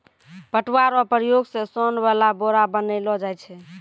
पटुआ रो प्रयोग से सोन वाला बोरा बनैलो जाय छै